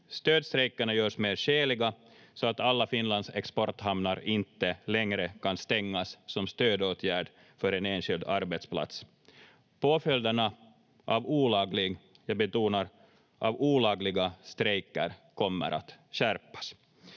Stödstrejkerna görs mer skäliga, så att alla Finlands exporthamnar inte längre kan stängas som stödåtgärd för en enskild arbetsplats. Påföljderna av olagliga — jag betonar,